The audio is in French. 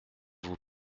vous